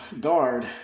guard